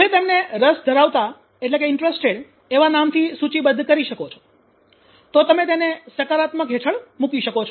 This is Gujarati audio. તમે તેમને 'રસ ધરાવતા એવા નામથી સૂચિબદ્ધ કરી શકો તો તમે તેને સકારાત્મક હેઠળ મૂકી શકો છો